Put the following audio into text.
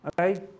okay